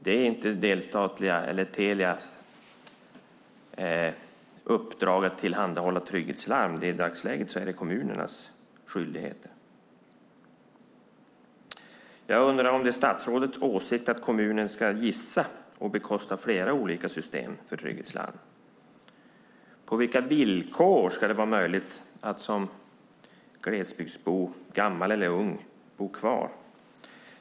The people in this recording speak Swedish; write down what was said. Det är inte delstatliga Telias uppdrag att tillhandahålla trygghetslarm, utan i dagsläget är det kommunernas skyldighet. Jag undrar om det är statsrådets åsikt att kommunen ska gissa och bekosta flera olika system för trygghetslarm. På vilka villkor ska det vara möjligt att som glesbygdsbo, gammal eller ung, bo kvar?